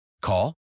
Call